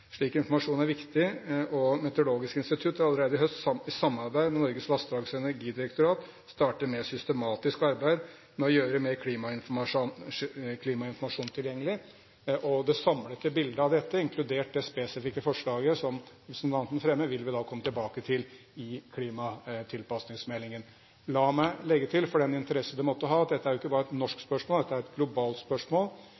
Slik informasjon er viktig, og Meteorologisk institutt har allerede i høst i samarbeid med Norges vassdrags- og energidirektorat startet med et systematisk arbeid med å gjøre mer klimainformasjon tilgjengelig. Det samlede bildet av dette, inkludert det spesifikke forslaget som representanten fremmer, vil vi komme tilbake til i klimatilpasningsmeldingen. La meg legge til, for den interesse det måtte ha, at dette er ikke bare et norsk